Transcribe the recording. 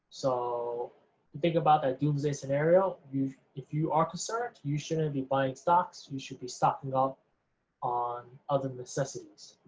so the thing about that doomsday scenario, you if you are concerned, you shouldn't be buying stocks, you should be stocking up on other necessities,